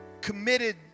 committed